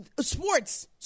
Sports